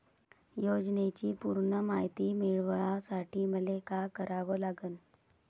योजनेची पूर्ण मायती मिळवासाठी मले का करावं लागन?